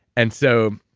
and so,